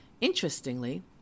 Interestingly